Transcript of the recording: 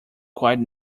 quite